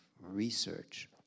research